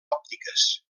òptiques